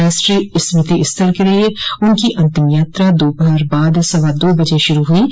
राष्ट्रीय स्मृति स्थल के लिये उनकी अन्तिम यात्रा दोपहर बाद सवा दो बजे शुरू हुयी